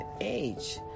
age